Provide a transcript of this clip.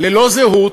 ללא זהות,